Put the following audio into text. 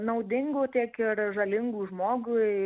naudingų tiek ir žalingų žmogui